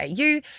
au